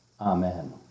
amen